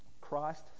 Christ